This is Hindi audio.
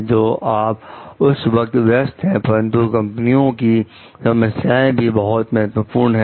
तो आप उस वक्त व्यस्त हैं परंतु कंपनियों की समस्याएं भी बहुत महत्वपूर्ण है